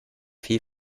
viel